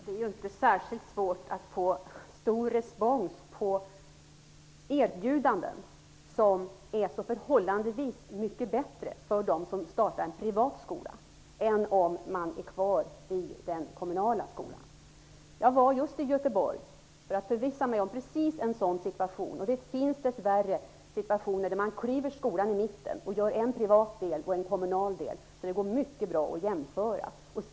Fru talman! Det är inte svårt att få stor respons på erbjudanden som är så förhållandevis mycket bättre för dem som startar en privat skola än för dem som blir kvar i den kommunala skolan. Jag var i Göteborg just för att förvissa mig om att det förelåg en sådan situation. Det finns dess värre situationer där man klyver skolan på mitten, i en privat del och en kommunal del. Det går mycket bra att jämföra dessa.